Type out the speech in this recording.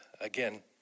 again